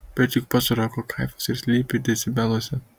bet juk pats roko kaifas ir slypi decibeluose